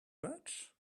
much